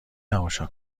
تماشا